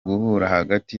hagati